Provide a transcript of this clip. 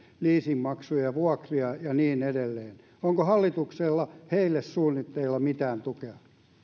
leasingmaksuja vuokria ja niin edelleen onko hallituksella heille suunnitteilla mitään tukea